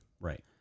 Right